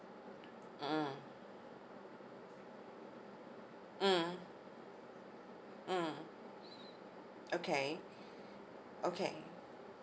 mm mm mm okay okay